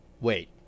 Wait